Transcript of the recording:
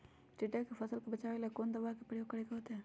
टिड्डा से फसल के बचावेला कौन दावा के प्रयोग करके होतै?